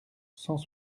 cent